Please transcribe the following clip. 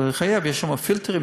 יש פילטרים,